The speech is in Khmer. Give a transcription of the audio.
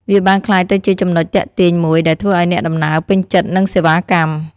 វាបានក្លាយទៅជាចំណុចទាក់ទាញមួយដែលធ្វើឱ្យអ្នកដំណើរពេញចិត្តនឹងសេវាកម្ម។